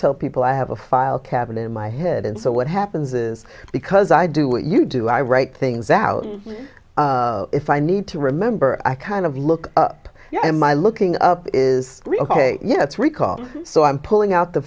tell people i have a file cabinet in my head and so what happens is because i do what you do i write things out if i need to remember i kind of look up i am i looking up is yes recall so i'm pulling out the